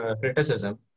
criticism